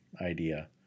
idea